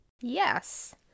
Yes